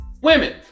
Women